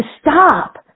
stop